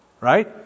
right